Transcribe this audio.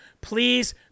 Please